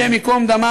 השם ייקום דמם.